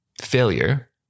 failure